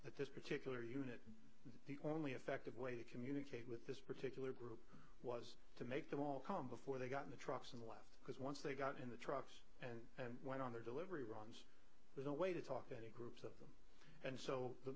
that this particular unit the only effective way to communicate with this particular group is to make them all come before they got in the trucks and left because once they got in the trucks and went on their delivery there's no way to talk to any group and so the